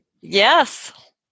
Yes